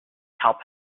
help